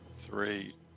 Three